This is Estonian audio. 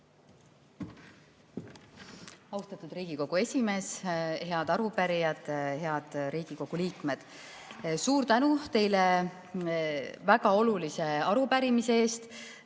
Austatud Riigikogu esimees! Head arupärijad, head Riigikogu liikmed, suur tänu teile väga olulise arupärimise eest!